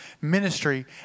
ministry